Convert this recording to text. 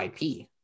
IP